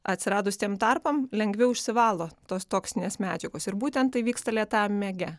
atsiradus tiem tarpam lengviau išsivalo tos toksinės medžiagos ir būtent tai vyksta lėtam miege